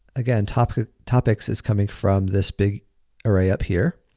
again, topics topics is coming from this big array up here.